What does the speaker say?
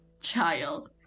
Child